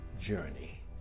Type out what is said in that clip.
journey